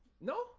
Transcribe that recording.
No